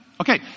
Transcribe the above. Okay